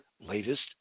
latest